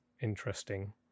interesting